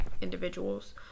individuals